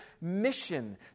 mission